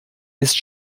ist